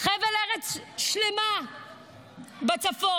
חבל ארץ שלם בצפון.